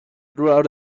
throughout